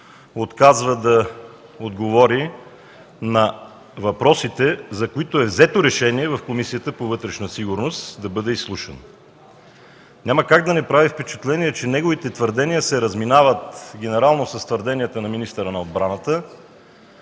отказва да отговори на въпросите, за които е взето решение да бъде изслушан в Комисията по вътрешна сигурност. Няма как да не прави впечатление, че неговите твърдения се разминават генерално с твърденията на министъра на отбраната,